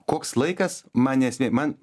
koks laikas manęs nei man